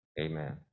amen